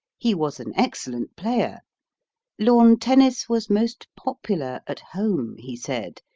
he was an excellent player lawn-tennis was most popular at home, he said,